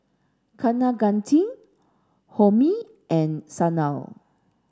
Kaneganti Homi and Sanal